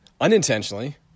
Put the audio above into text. unintentionally